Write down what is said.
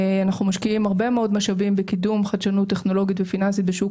אנחנו משקיעים הרבה מאוד משאבים בקידום חדשנות טכנולוגית ופיננסית בשוק